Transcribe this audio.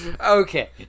Okay